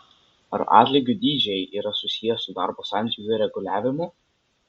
ar atlygių dydžiai yra susiję su darbo santykių reguliavimu